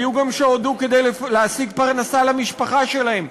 היו גם שהודו כדי להשיג פרנסה למשפחה שלהם,